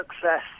success